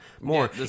more